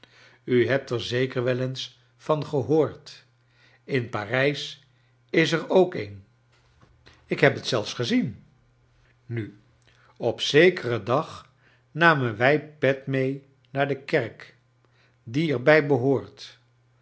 u hebt er zeker wel kleine dokrit eens van gehoord in parijs is er ook een ik heb het zelfs gezien nu op zekeren dag nameu wij pet mee naar de kerk die er bij behoort